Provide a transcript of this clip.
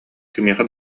кимиэхэ